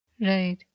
right